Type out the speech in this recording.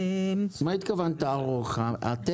נראה לי